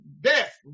death